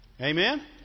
Amen